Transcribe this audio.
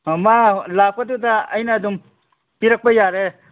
ꯑꯥ ꯃꯥ ꯂꯥꯛꯄꯗꯨꯗ ꯑꯩꯅ ꯑꯗꯨꯝ ꯄꯤꯔꯛꯄ ꯌꯥꯔꯦ